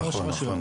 אה, נכון.